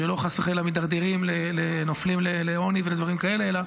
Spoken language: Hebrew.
שלא חס וחלילה מידרדרים ונופלים לעוני ולדברים כאלה.